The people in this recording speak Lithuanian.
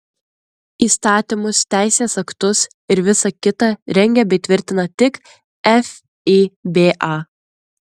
įstatymus teisės aktus ir visa kita rengia bei tvirtina tik fiba